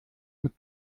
mit